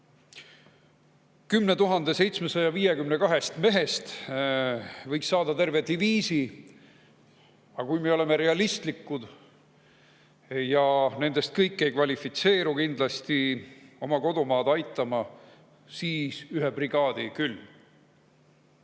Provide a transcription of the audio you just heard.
10 752 mehest võiks saada terve diviisi, aga kui me oleme realistlikud – nendest kõik ei kvalifitseeru kindlasti oma kodumaad aitama –, siis ühe brigaadi küll.